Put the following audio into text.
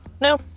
No